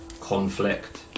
conflict